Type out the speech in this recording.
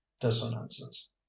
dissonances